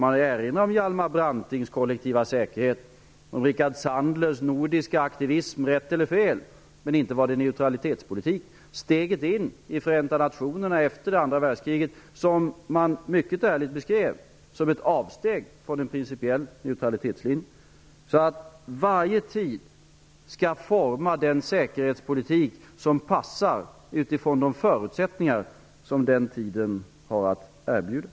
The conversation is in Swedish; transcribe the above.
Låt mig erinra om Hjalmar Brantings kollektiva säkerhet och om Rickard Sandlers nordiska aktivism. Det må vara rätt eller fel, men inte var det neutralitetspolitik. Steget in i Förenta nationerna efter andra världskriget beskrev man mycket ärligt som ett avsteg från en principiell neutralitetslinje. Varje tid skall forma den säkerhetspolitik som passar utifrån de förutsättningar som den tiden har att erbjuda.